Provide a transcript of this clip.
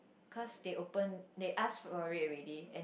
cause they open they ask for it already and